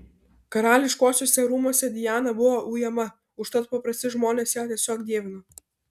karališkuosiuose rūmuose diana buvo ujama užtat paprasti žmonės ją tiesiog dievino